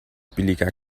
billiger